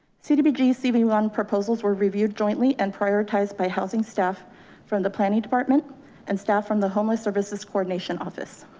cdbg cv run proposals were reviewed jointly and prioritized by housing staff from the planning department and staff from the homeless services coordination office.